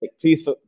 please